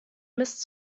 mist